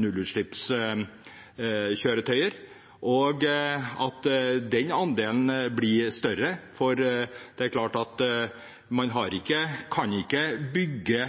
nullutslippskjøretøyer, og at den andelen blir større, for man kan ikke bygge